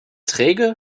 träge